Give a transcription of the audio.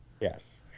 Yes